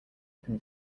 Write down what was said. open